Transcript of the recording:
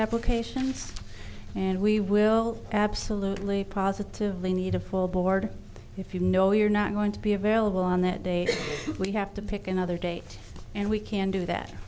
applications and we will absolutely positively need a full board if you know you're not going to be available on that day we have to pick another date and we can do that